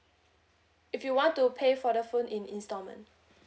if you want to pay for the phone in instalment